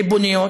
ריבוניות,